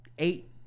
Eight